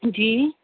جی